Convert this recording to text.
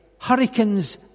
Hurricanes